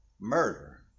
murder